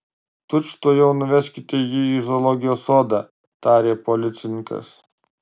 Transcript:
tučtuojau nuveskite jį į zoologijos sodą tarė policininkas